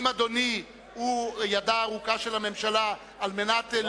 אם אדוני הוא ידה הארוכה של הממשלה על מנת,